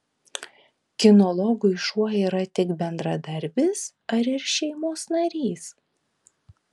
kinologui šuo yra tik bendradarbis ar ir šeimos narys